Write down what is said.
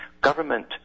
Government